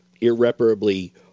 irreparably